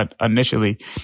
initially